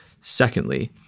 Secondly